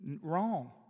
wrong